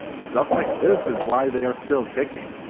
stuff like this is why they are still kicking.